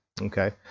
okay